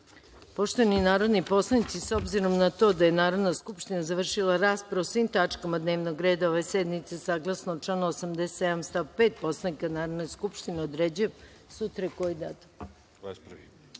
narodni poslanici, s obzirom na to da je Narodna skupština završila raspravu o svim tačkama dnevnog reda ove sednice, saglasno članu 87. stav 5. Poslovnika Narodne skupštine, određujem 21. april